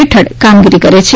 હેઠળ કામગીરી કરે છે